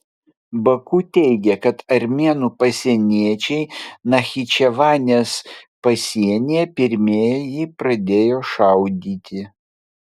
baku teigia kad armėnų pasieniečiai nachičevanės pasienyje pirmieji pradėjo šaudyti